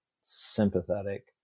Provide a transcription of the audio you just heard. sympathetic